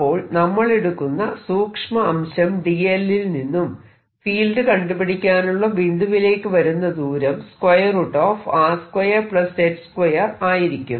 അപ്പോൾ നമ്മൾ എടുക്കുന്ന സൂക്ഷ്മ അംശം dl ൽ നിന്നും ഫീൽഡ് കണ്ടുപിടിക്കാനുള്ള ബിന്ദുവിലേക്ക് വരുന്ന ദൂരം R2 z2 ആയിരിക്കും